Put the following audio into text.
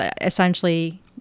essentially